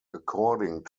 according